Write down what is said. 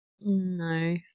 no